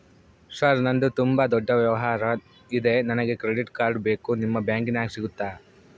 Sir ನಂದು ತುಂಬಾ ದೊಡ್ಡ ವ್ಯವಹಾರ ಇದೆ ನನಗೆ ಕ್ರೆಡಿಟ್ ಕಾರ್ಡ್ ಬೇಕು ನಿಮ್ಮ ಬ್ಯಾಂಕಿನ್ಯಾಗ ಸಿಗುತ್ತಾ?